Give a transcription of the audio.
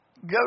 Go